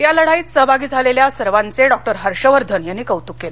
या लढाईत सहभागी झालेल्या सर्वांचे डॉ हर्षवर्धन यांनी कौतुक केलं